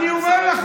אל תספרו לנו.